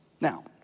Now